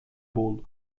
bolo